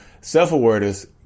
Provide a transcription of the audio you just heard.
self-awareness